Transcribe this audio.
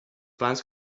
plans